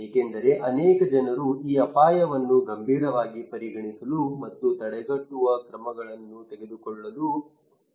ಏಕೆಂದರೆ ಅನೇಕ ಜನರು ಈ ಅಪಾಯವನ್ನು ಗಂಭೀರವಾಗಿ ಪರಿಗಣಿಸಲು ಮತ್ತು ತಡೆಗಟ್ಟುವ ಕ್ರಮಗಳನ್ನು ತೆಗೆದುಕೊಳ್ಳಲು ನನಗೆ ಸಲಹೆ ನೀಡುತ್ತಿದ್ದಾರೆ